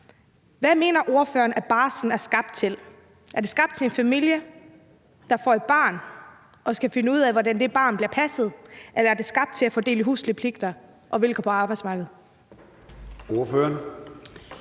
Hvad mener ordføreren at barslen er skabt til? Er den skabt til en familie, der får et barn og skal finde ud af, hvordan det barn bliver passet? Eller er den skabt til at fordele huslige pligter og vilkår på arbejdsmarkedet?